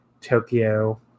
Tokyo